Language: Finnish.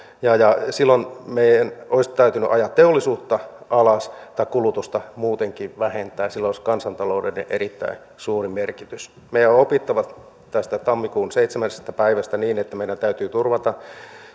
silloin meidän olisi täytynyt ajaa teollisuutta alas tai kulutusta muutenkin vähentää ja sillä olisi ollut kansantaloudelle erittäin suuri merkitys meidän on opittava tästä tammikuun seitsemännestä päivästä niin että meidän täytyy turvata